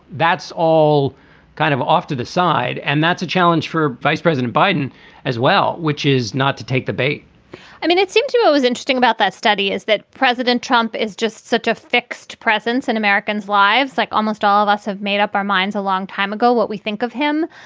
that's all kind of off to the side. and that's a challenge for vice president biden as well, which is not to take the bait i mean, it seemed to me it was interesting about that study is that president trump is just such a fixed presence in americans lives, like almost all of us have made up our minds a long time ago what we think of him,